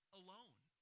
alone